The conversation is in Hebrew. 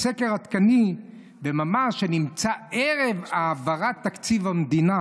זה סקר עדכני שנמצא ערב העברת תקציב המדינה.